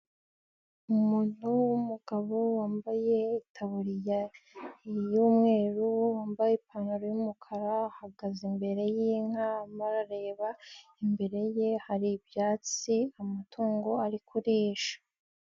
Umuntu w'umugabo wambaye itaburiya y'umweru, wambaye ipantaro y'umukara, ahagaze imbere y'inka arimo areba imbere ye hari ibyatsi, amatungo ari kurisha.